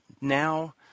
now